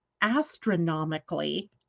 astronomically